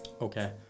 Okay